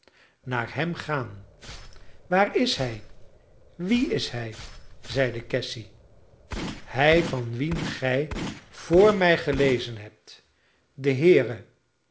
naar hem gaan waar is hij wie is hij zeide cassy hij van wien gij voor mij gelezen hebt de heere